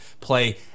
play